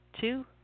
two